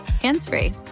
hands-free